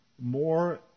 more